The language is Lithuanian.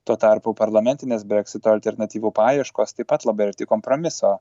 tuo tarpu parlamentinės breksito alternatyvų paieškos taip pat labai arti kompromiso